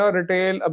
retail